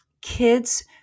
kids